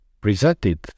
presented